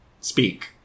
speak